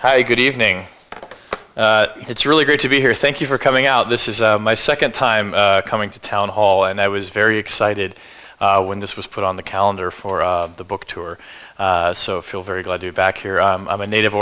hi good evening it's really great to be here thank you for coming out this is my second time coming to town hall and i was very excited when this was put on the calendar for the book tour so feel very glad to be back here i'm a native